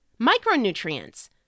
micronutrients